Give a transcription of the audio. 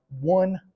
one